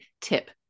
tip